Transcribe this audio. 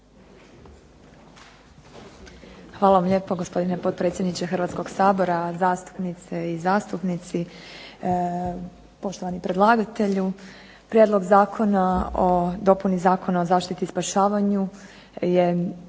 Hvala vam lijepo gospodine potpredsjedniče Hrvatskog sabora, zastupnice i zastupnici, poštovani predlagatelju. Prijedlog zakona o dopuni Zakona o zaštiti i spašavanju je